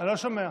אבטלה לעצמאים),